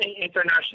International